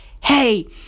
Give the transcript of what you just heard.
hey